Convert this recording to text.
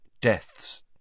deaths